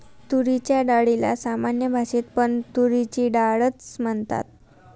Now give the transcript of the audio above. तुरीच्या डाळीला सामान्य भाषेत पण तुरीची डाळ च म्हणतात